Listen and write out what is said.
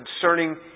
concerning